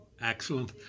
excellent